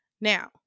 Now